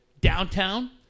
downtown